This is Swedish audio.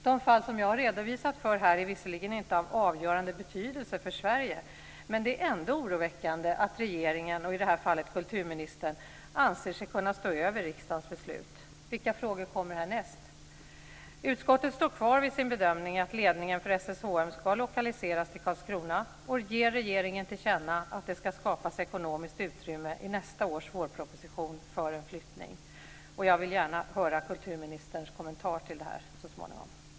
De fall jag redovisat för här är visserligen inte av avgörande betydelse för Sverige, men det är ändå oroväckande att regeringen, i det här fallet kulturministern, anser sig kunna stå över riksdagens beslut. Vilka frågor kommer härnäst? Utskottet står kvar vid sin bedömning att ledningen för SSHM ska lokaliseras till Karlskrona och ger regeringen till känna att det ska skapas ekonomiskt utrymme i nästa års vårproposition för en flyttning. Jag vill gärna höra kulturministerns kommentar till det här så småningom.